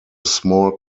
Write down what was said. small